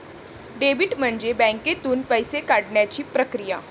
debit म्हणजे बँकेतून पैसे काढण्याची प्रक्रिया